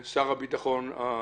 ויש טעם מסוים לכך שדווקא הם קיבלו.